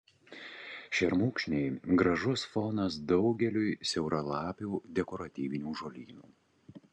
šermukšniai gražus fonas daugeliui siauralapių dekoratyvinių žolynų